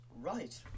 Right